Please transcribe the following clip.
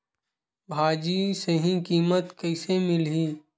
भाजी सही कीमत कइसे मिलही?